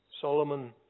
Solomon